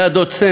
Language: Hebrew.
זה "הדוד סם".